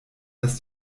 dass